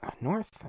North